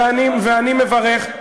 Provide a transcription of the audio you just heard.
אני מברך.